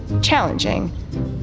challenging